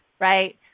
right